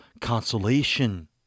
consolation